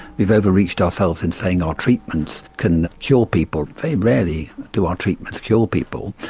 we've over-reached ourselves in saying our treatments can cure people. very rarely do our treatments cure people.